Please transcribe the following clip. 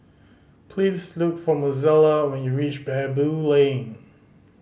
please look for Mozella when you reach Baboo Lane